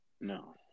No